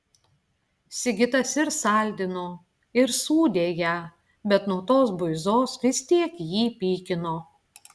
sigitas ir saldino ir sūdė ją bet nuo tos buizos vis tiek jį pykino